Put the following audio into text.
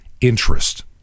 interest